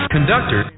Conductor